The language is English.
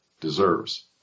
deserves